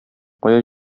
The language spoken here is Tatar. кая